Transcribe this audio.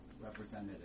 representative